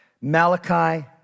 Malachi